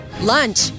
Lunch